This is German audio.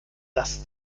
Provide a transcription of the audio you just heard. das